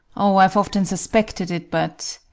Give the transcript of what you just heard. oh, i've often suspected it but